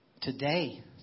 today